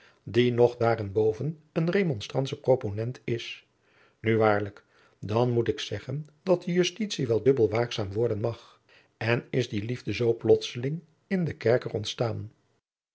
die nog daarenboven een remonstrantsche proponent is nu waarlijk dan moet ik zeggen dat de justitie wel dubbel waakzaam worden mag en is die liefde zoo plotsling in den kerker ontstaan